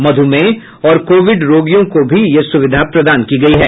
मधुमेह और कोविड रोगियों को भी यह सुविधा प्रदान की गई है